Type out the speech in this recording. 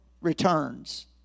returns